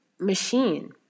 machine